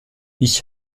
ich